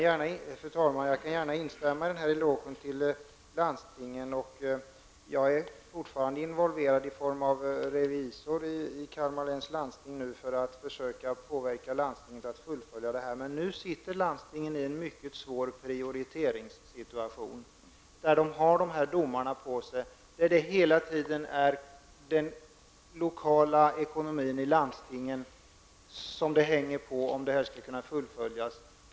Fru talman! Jag kan gärna instämma i elogen till landstingen. Jag är fortfarande involverad, såsom revisor i Kalmar läns landsting, i att försöka påverka landstinget att fullfölja detta. Nu befinner sig landstinget i en mycket svår prioriteringssituation. Det finns domar. Det hänger hela tiden på den lokala ekonomin i landstinget om denna utbyggnad skall kunna fullföljas.